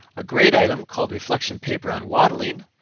a grade item called reflection paper on waddling,